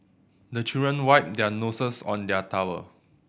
the children wipe their noses on their towel